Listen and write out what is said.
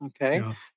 okay